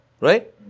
right